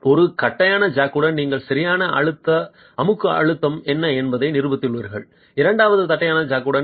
ஒரு தட்டையான ஜக்குடன் நீங்கள் சரியான அமுக்க அழுத்தம் என்ன என்பதை நிறுவியுள்ளீர்கள் இரண்டாவது தட்டையான ஜக்குடன்